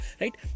right